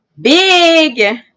big